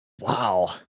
Wow